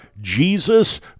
Jesus